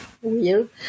weird